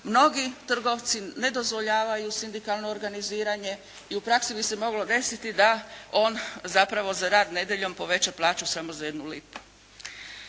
Mnogi trgovci ne dozvoljavaju sindikalno organiziranje i u praksi bi se moglo desiti da on zapravo za rad nedjeljom poveća plaću samo za jednu lipu.